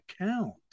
account